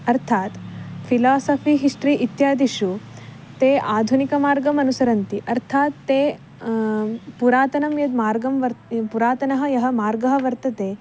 अर्थात् philosophy history इत्यादिषु ते आधुनिकमार्गमनुसरन्ति अर्थात् ते पुरातनं यद् मार्गं वर्त् पुरातनः यः मार्गः वर्तते